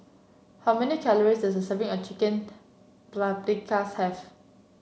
how many calories serving a Chicken Paprikas have